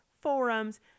forums